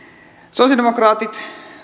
sosialidemokraatit